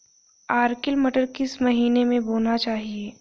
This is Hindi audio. अर्किल मटर किस महीना में बोना चाहिए?